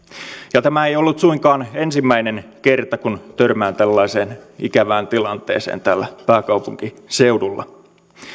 tämä ei ollut suinkaan ensimmäinen kerta kun törmään tällaiseen ikävään tilanteeseen täällä pääkaupunkiseudulla